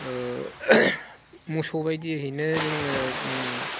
मोसौ बायदिनो जोङो